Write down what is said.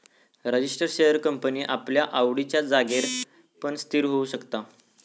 register share company आपल्या आवडिच्या जागेर पण स्थिर होऊ शकता